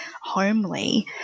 homely